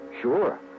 Sure